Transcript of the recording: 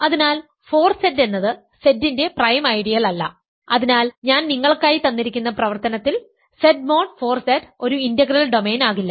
അതിനാൽ 4Z എന്നത് Z ന്റെ പ്രൈം ഐഡിയൽ അല്ല അതിനാൽ ഞാൻ നിങ്ങൾക്കായി തന്നിരിക്കുന്ന പ്രവർത്തനത്തിൽ Z മോഡ് 4 Z ഒരു ഇന്റഗ്രൽ ഡൊമെയ്ൻ ആകില്ല